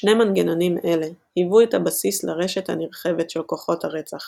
שני מנגנונים אלה – היוו את הבסיס לרשת הנרחבת של כוחות הרצח